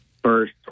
first